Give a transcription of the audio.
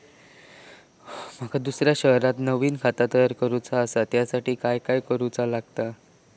माका दुसऱ्या शहरात नवीन खाता तयार करूचा असा त्याच्यासाठी काय काय करू चा लागात?